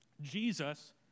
Jesus